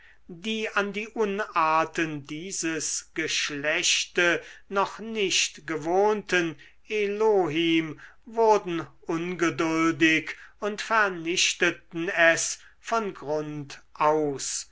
die an die unarten dieses geschlechte noch nicht gewohnten elohim wurden ungeduldig und vernichteten es von grund aus